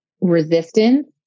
resistance